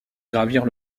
gravir